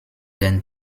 den